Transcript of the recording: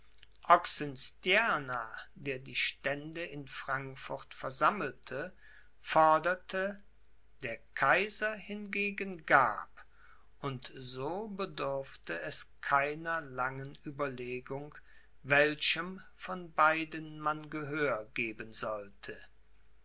oxenstierna der die stände in frankfurt versammelte forderte der kaiser hingegen gab und so bedurfte es keiner langen ueberlegung welchem von beiden man gehör geben sollte